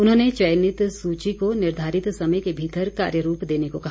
उन्होंने चयनित सूची को निर्धारित समय के भीतर कार्यरूप देने को कहा